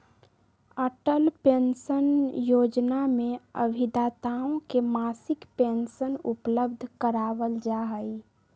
Atal pension Yojana में अभिदाताओं के मासिक पेंशन उपलब्ध करावल जाहई